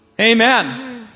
Amen